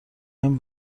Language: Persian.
این